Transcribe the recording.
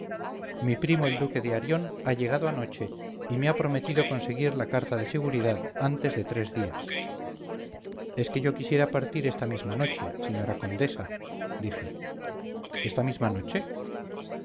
mi primo el duque de arión ha llegado anoche y me ha prometido conseguir la carta de seguridad antes de tres días es que yo quisiera partir esta misma noche señora condesa dije esta misma noche